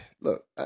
look